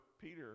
Peter